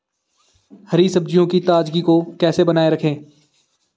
हरी सब्जियों की ताजगी को कैसे बनाये रखें?